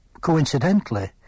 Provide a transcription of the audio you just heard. coincidentally